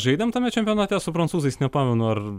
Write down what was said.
žaidėm tame čempionate su prancūzais nepamenu ar